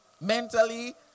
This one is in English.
Mentally